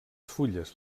fulles